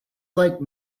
like